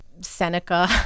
Seneca